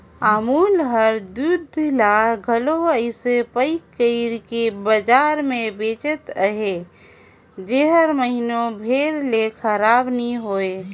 अमूल हर दूद ल घलो अइसे पएक कइर के बजार में बेंचत अहे जेहर महिना भेर ले खराब नी होए